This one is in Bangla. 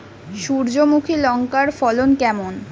সূর্যমুখী লঙ্কার ফলন কেমন?